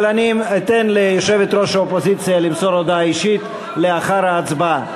אבל אני אתן ליושבת-ראש האופוזיציה למסור הודעה אישית לאחר ההצבעה.